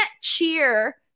cheer